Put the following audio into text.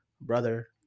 brother